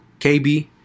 KB